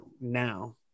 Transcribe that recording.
now